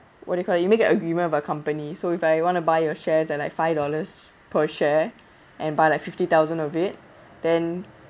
what do you call it you make an agreement about company so if I want to buy your shares at like five dollars per share and buy like fifty thousand of it then